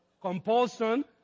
compulsion